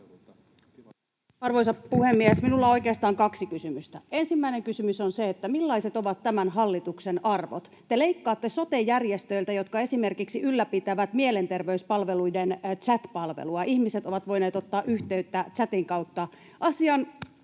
Arvoisa puhemies! Minulla on oikeastaan kaksi kysymystä. — Ensimmäinen kysymys on: millaiset ovat tämän hallituksen arvot? Te leikkaatte sote-järjestöiltä, jotka esimerkiksi ylläpitävät mielenterveyspalveluiden chat-palvelua, jossa ihmiset ovat voineet ottaa yhteyttä chatin kautta